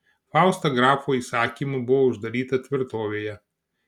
fausta grafo įsakymu buvo uždaryta tvirtovėje